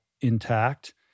intact